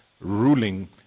ruling